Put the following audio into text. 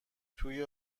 توی